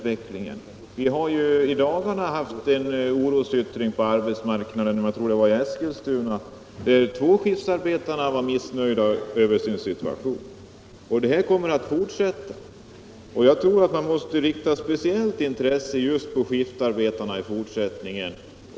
Vi har i dagarna haft en orosyttring på arbetsmarknaden — jag tror att det var i Eskilstuna. Tvåskiftsarbetarna var missnöjda med sin situation. Denna oro kommer att fortsätta, och jag tror att man måste ägna speciellt intresse just åt skiftarbetarna i fortsättningen.